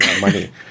money